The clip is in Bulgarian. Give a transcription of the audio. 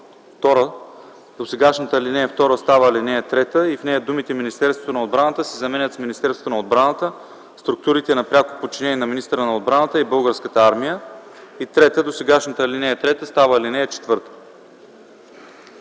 2. Досегашната ал. 2 става ал. 3 и в нея думите „Министерството на отбраната” се заменят с „Министерството на отбраната, структурите на пряко подчинение на министъра на отбраната и Българската армия”. 3. Досегашната ал. 3 става ал. 4.”